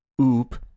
oop